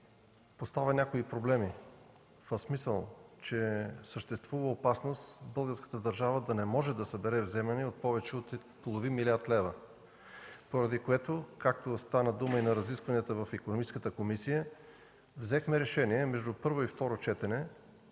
поставя някои проблеми – в смисъл, че съществува опасност българската държава да не може да събере вземания от повече от половин милиард лева, поради което, както стана дума по време на разискванията в Икономическата комисия, взехме решение между първо и второ четене